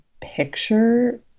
picture